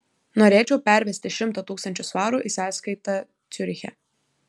norėčiau pervesti šimtą tūkstančių svarų į sąskaitą ciuriche